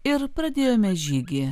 ir pradėjome žygį